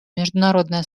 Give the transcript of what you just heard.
международное